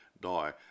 die